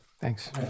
Thanks